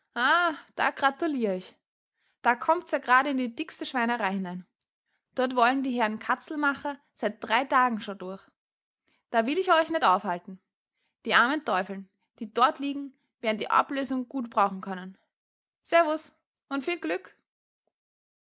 da gratulier ich da kommt's ja grad in die dickste schweinerei hinein dort wollen die herren katzelmacher seit drei tagen scho durch da will ich euch net aufhalten die armen teufln die dort liegen wern die ablösung gut brauch'n können servus und viel glück